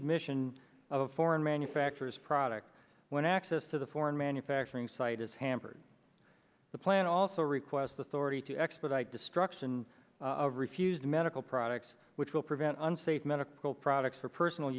admission of foreign manufacturers products when access to the foreign manufacturing site is hampered the plan also request authority to expedite destruction of refuse medical products which will prevent unsafe medical products for personal